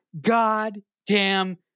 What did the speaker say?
goddamn